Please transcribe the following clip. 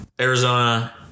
Arizona